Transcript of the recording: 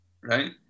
right